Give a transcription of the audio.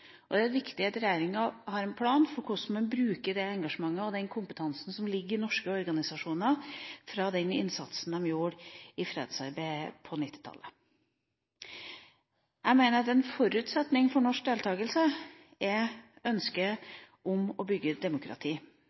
og det er viktig at regjeringen har en plan for hvordan de bruker det engasjementet og den kompetansen som ligger i norske organisasjoner fra den innsatsen de gjorde i fredsarbeidet på 1990-tallet. Jeg mener at en forutsetning for norsk deltagelse er ønsket om å bygge et demokrati.